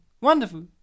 wonderful